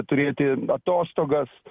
turėti atostogas